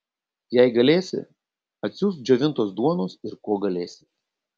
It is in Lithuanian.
jei galėsi atsiųsk džiovintos duonos ir ko galėsi